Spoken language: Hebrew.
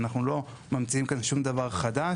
אנחנו לא ממציאים כאן שום דבר חדש,